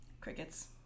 Crickets